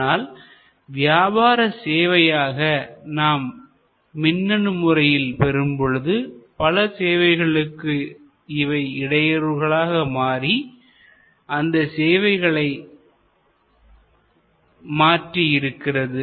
ஆனால் வியாபார சேவையாக நாம் மின்னணு முறையில் பெரும்பொழுது பல சேவைகளுக்கு இவை இடையூறாக மாறி அந்த சேவைகளை மாற்றி இருக்கிறது